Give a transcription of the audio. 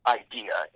idea